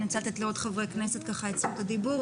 אני רוצה לתת לעוד חברי כנסת את זכות הדיבור.